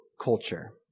culture